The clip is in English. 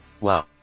Wow